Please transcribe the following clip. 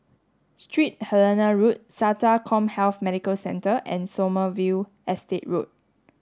Street Helena Road SATA CommHealth Medical Centre and Sommerville Estate Road